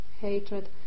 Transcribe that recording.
hatred